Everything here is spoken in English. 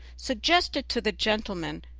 suggested to the gentleman,